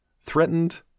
threatened